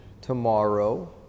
tomorrow